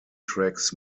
tracks